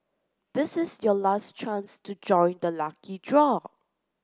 this is your last chance to join the lucky draw